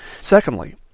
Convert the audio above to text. Secondly